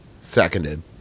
Seconded